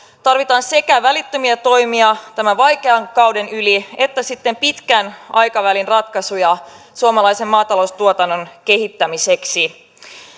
tarvitaan sekä välittömiä toimia tämän vaikean kauden yli että sitten pitkän aikavälin ratkaisuja suomalaisen maataloustuotannon kehittämiseksi